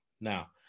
Now